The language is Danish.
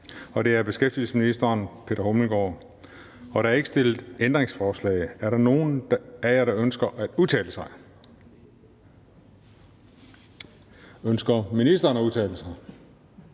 Den fg. formand (Christian Juhl): Der er ikke stillet ændringsforslag. Er der nogen af jer, der ønsker at udtale sig? Ønsker ministeren at udtale sig?